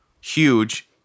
huge